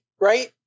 right